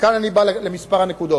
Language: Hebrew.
וכאן אני מגיע לכמה נקודות.